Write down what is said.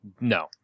no